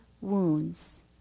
wounds